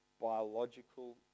biological